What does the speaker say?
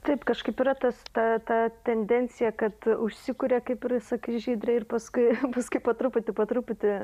taip kažkaip yra tas ta ta tendencija kad užsikuria kaip ir sakai žydre ir paskui paskui po truputį po truputį